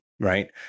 Right